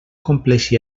compleixi